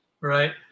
right